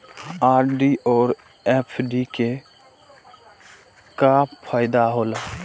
RD और FD के का फायदा हौला?